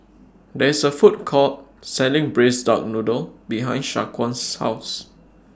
There IS A Food Court Selling Braised Duck Noodle behind Shaquan's House